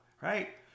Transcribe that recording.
right